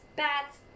bats